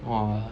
!wah!